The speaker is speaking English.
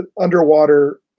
underwater